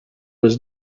was